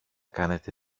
κάνετε